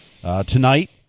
Tonight